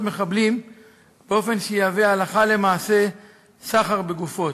מחבלים באופן שיהווה הלכה למעשה סחר בגופות.